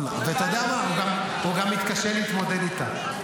איפה ראית בישראל מישהו שלא מתמודד עם בעיית הכינים?